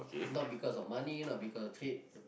not because of money not because